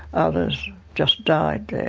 others just died there.